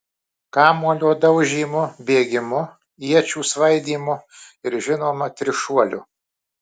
kamuolio daužymu bėgimu iečių svaidymu ir žinoma trišuoliu